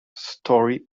story